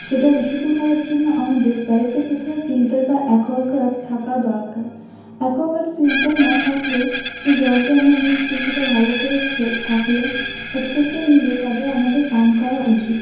সেটা বিশুদ্ধ করার জন্য আমাদের বাড়িতে প্রথমে ফিল্টার বা অ্যাকোয়াগার্ড থাকা দরকার অ্যাকোয়াগার্ড ফিল্টার না থাকলেও যে জলটি আমরা নিচ্ছি সেটা ভালো করে ছাঁকলে বা ছেঁকে নিলে তবে আমাদের পান করা উচিত